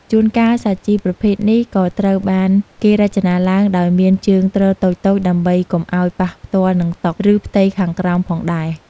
ជួនកាល សាជីប្រភេទនេះក៏ត្រូវបានគេរចនាឡើងដោយមានជើងទ្រតូចៗ ដើម្បីកុំឱ្យប៉ះផ្ទាល់នឹងតុ ឬផ្ទៃខាងក្រោមផងដែរ។